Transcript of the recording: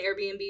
Airbnb